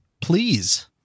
please